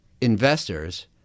investors